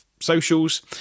Socials